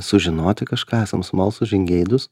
sužinoti kažką esam smalsūs žingeidūs